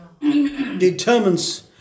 determines